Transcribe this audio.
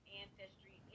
ancestry